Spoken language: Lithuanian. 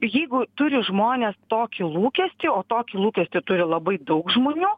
jeigu turi žmonės tokį lūkestį o tokį lūkestį turi labai daug žmonių